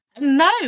No